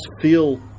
feel